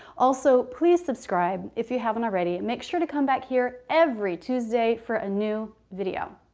also please subscribe if you haven't already. make sure to come back here every tuesday for a new video.